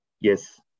Yes